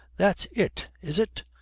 that's it, is it?